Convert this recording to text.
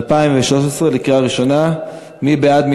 התשע"ד 2013. מי בעד?